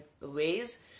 ways